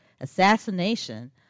assassination